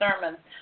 sermons